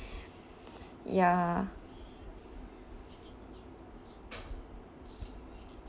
ya